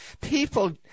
people